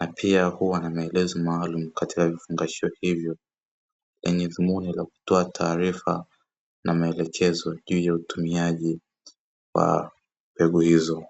na pia huwa na maelezo maalumu katika vifungashio hivyo yenye dhumuni ya kutoa taarifa na maelekezo juu ya utumiaji wa mbegu hizo.